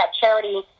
charity